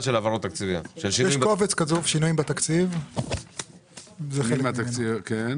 שם מתוך המסגרת התקציבית המיועדת להתמודדות עם התפשטות נגיף קורונה.